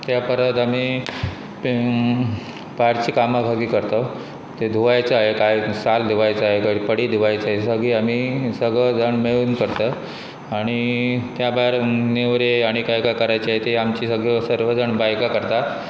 त्या परत आमी भायरची कामां सगळीं करता ते धुवायचाय कांय साल धुवायचाय पडी धुवचाय सगळीं आमी सगळ जाण मेळून करता आनी त्या भायर नेवरे आनी कांय काय करचे ती आमची सगळ सर्व जाण बायकां करता